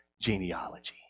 genealogy